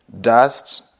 dust